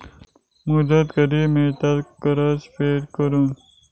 मुदत किती मेळता कर्ज फेड करून?